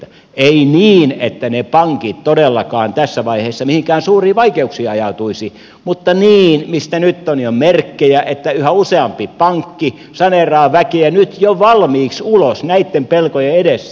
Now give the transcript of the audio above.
ei niin että ne pankit todellakaan tässä vaiheessa mihinkään suuriin vaikeuksiin ajautuisivat mutta niin mistä nyt on jo merkkejä että yhä useampi pankki saneeraa väkeä nyt jo valmiiksi ulos näitten pelkojen edessä